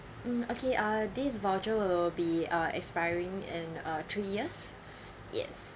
mm okay uh this voucher will be uh expiring in uh three years yes